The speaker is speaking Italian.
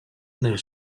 nel